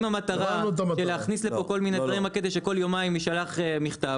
אם המטרה להכניס לפה כל מיני תנאים בשביל שבכל יומיים ישלח מכתב,